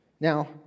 Now